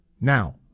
now